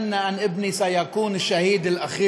(אומר דברים בשפה הערבית ומתרגמם:)